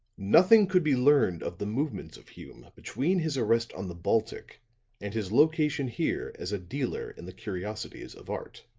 nothing could be learned of the movements of hume between his arrest on the baltic and his location here as a dealer in the curiosities of art.